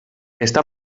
està